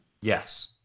Yes